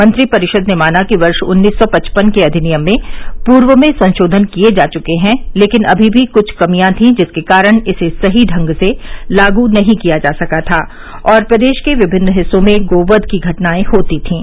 मंत्रिपरिषद ने माना कि वर्ष उन्नीस सौ पचपन के अधिनियम में पूर्व में संशोधन किए जा चुके हैं लेकिन अभी भी कुछ कमियां थीं जिस कारण इसे सही ढंग से लागू नहीं किया जा सका था और प्रदेश के विभिन्न हिस्सों में गो वध की घटनाए होती थीं